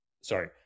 Sorry